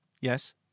yes